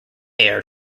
heir